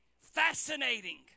fascinating